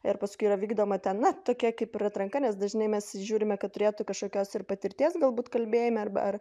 ir paskui yra vykdoma ten na tokia kaip ir atranka nes dažnai mes žiūrime kad turėtų kažkokios patirties galbūt kalbėjime arba ar